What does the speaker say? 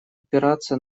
опираться